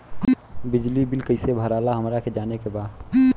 बिजली बिल कईसे भराला हमरा के जाने के बा?